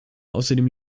außerdem